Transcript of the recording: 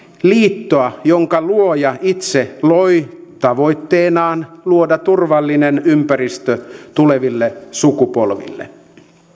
liittoa jonka luoja itse loi tavoitteenaan luoda turvallinen ympäristö tuleville sukupolville